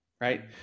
Right